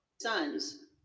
Sons